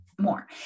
more